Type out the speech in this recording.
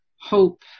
hope